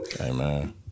Amen